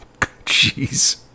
Jeez